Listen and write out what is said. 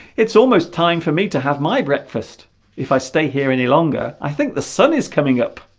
it's almost time for me to have my breakfast if i stay here any longer i think the sun is coming up